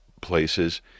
places